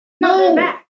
No